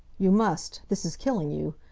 you must! this is killing you.